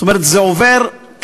זאת אומרת, זה עובר ככה,